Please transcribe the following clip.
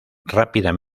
rápida